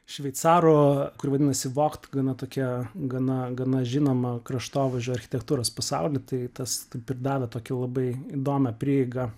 šveicaro kur vadinasi vokt gana tokia gana gana žinoma kraštovaizdžio architektūros pasauly tai tas taip ir davė tokį labai įdomią prieigą